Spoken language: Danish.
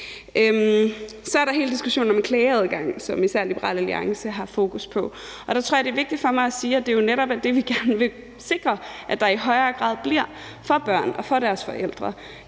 Så er der hele diskussionen om klageadgang, som især Liberal Alliance har fokus på. Der tror jeg, det er vigtigt for mig at sige, at det jo netop er det, vi gerne vil sikre, nemlig at der i højere grad bliver det for børn og deres forældre,